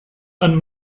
and